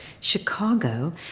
Chicago